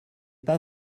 pas